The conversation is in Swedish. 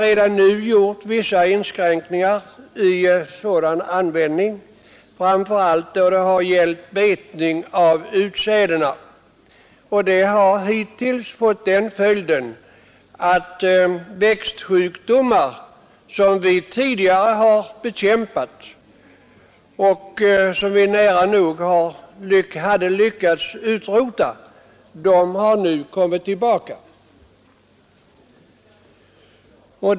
Redan nu har vissa inskränkningar gjorts, framför allt i fråga om betning av utsädena. Detta har hittills haft den följden att växtsjukdomar som vi tidigare bekämpat och som vi nära nog hade lyckats utrota nu har kommit tillbaka.